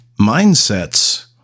mindsets